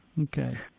Okay